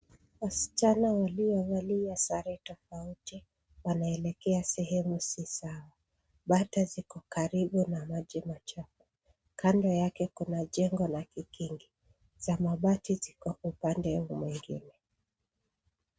Wasichana waliovalia sare tofauti wanaelekea sehemu si sawa. Bata ziko karibu na maji machafu. Kando yake kuna jengo la kikingi, za mabati ziko upande mwingine.